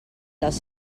dels